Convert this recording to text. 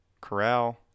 Corral